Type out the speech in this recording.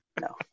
No